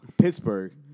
Pittsburgh